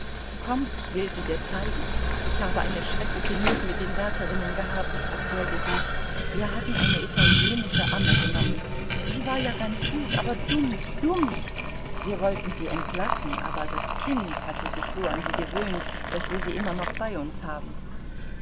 komm ich will sie dir zeigen ich habe eine schreckliche not mit den wärterinnen gehabt erzählte sie wir hatten eine italienische amme genommen sie war ja ganz gut aber dumm dumm wir wollten sie entlassen aber das kind hatte sich so an sie gewöhnt daß wir sie immer noch bei uns haben